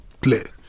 play